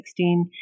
2016